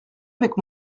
avec